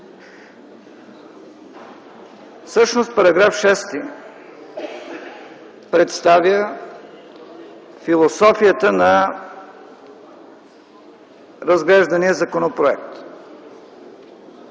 Всъщност § 6 представя философията на разглеждания законопроект.